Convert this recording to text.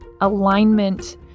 alignment